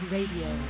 Radio